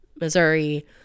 missouri